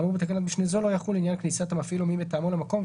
האמור בתקנת משנה זו לא יחול לעניין כניסת המפעיל או מי מטעמו למקום,